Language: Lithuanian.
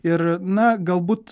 ir na galbūt